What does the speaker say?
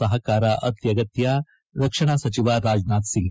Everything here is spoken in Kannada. ಸಹಕಾರ ಅತ್ಯಗತ್ಯ ರಕ್ಷಣಾ ಸಚಿವ ರಾಜನಾಥ್ ಸಿಂಗ್